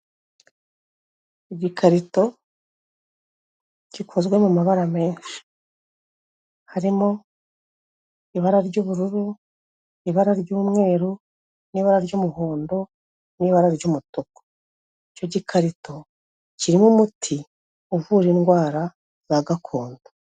Igikarito gikozwe mu mabara menshi, harimo ibara ry'ubururu ibara ry'umweru n'ibara ry'umuhondo n'ibara ry'umutuku, icyo gikarito kirimo umuti uvura indwara za gakondo.